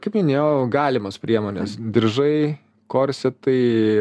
kaip minėjau galimos priemonės diržai korsetai